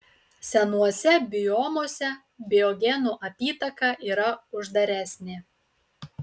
senuose biomuose biogenų apytaka yra uždaresnė